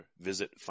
visit